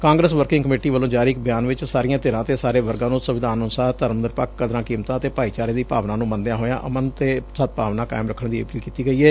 Congress working committee ਵੱਲੋਂ ਜਾਰੀ ਇਕ ਬਿਆਨ ਵਿਚ ਸਾਰੀਆਂ ਧਿਰਾਂ ਅਤੇ ਸਾਰੇ ਵਰਗਾਂ ਨੂੰ ਸੰਵਿਧਾਨ ਅਨੁਸਾਰ ਧਰਮ ਨਿਰੱਪਖ ਕਦਰਾਂ ਕੀਮਤਾਂ ਅਤੇ ਭਾਈਚਾਰੇ ਦੀ ਭਾਵਨਾ ਨੂੰ ਮੰਨਦਿਆਂ ਹੋਇਆ ਆਮਨ ਅਤੇ ਸਦਭਾਵਨਾ ਕਾਇਮ ਰੱਖਣ ਦੀ ਅਪੀਲ ਕੀਤੀ ਗਈ ਏ